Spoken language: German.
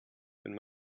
wenn